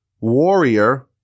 warrior